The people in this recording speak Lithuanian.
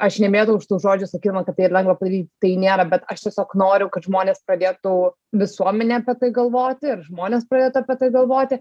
aš nemėgdavau šitų žodžių sakydama kad tai lengva padaryt tai nėra bet aš tiesiog noriu kad žmonės pradėtų visuomenė apie tai galvoti ir žmonės pradėtų apie tai galvoti